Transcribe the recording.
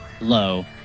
low